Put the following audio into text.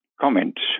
comments